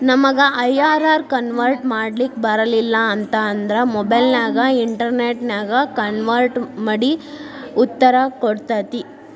ನಮಗ IRR convert ಮಾಡ್ಲಿಕ್ ಬರಲಿಲ್ಲ ಅಂತ ಅಂದ್ರ ಮೊಬೈಲ್ ನ್ಯಾಗ ಇನ್ಟೆರ್ನೆಟ್ ನ್ಯಾಗ ಕನ್ವರ್ಟ್ ಮಡಿ ಉತ್ತರ ಕೊಡ್ತತಿ